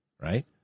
right